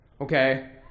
okay